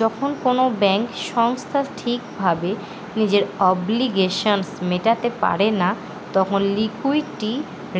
যখন কোনো ব্যাঙ্ক সংস্থা ঠিক ভাবে নিজের অব্লিগেশনস মেটাতে পারে না তখন লিকুইডিটি